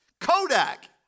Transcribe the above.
Kodak